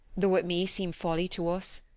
though it may seem folly to us.